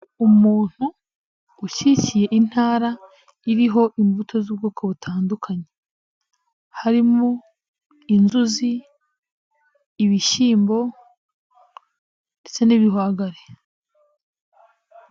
Umuntu ukikiye intara iriho imbuto z'ubwoko butandukanye harimo: inzuzi, ibishyimbo ndetse n'ibihwagari.